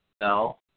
No